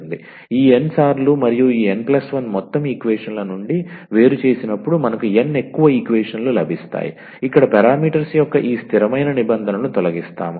ఈ 𝑛 సార్లు మరియు ఈ 𝑛 1 మొత్తం ఈక్వేషన్ ల నుండి వేరు చేసినప్పుడు మనకు𝑛 ఎక్కువ ఈక్వేషన్ లు లభిస్తాయి ఇక్కడ పారామీటర్స్ యొక్క ఈ స్థిరమైన నిబంధనలను తొలగిస్తాము